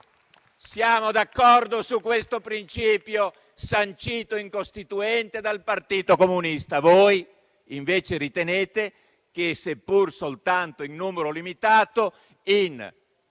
Siamo d'accordo su questo principio sancito in Costituente dal Partito Comunista, mentre voi ritenete che, seppur soltanto in numero limitato, in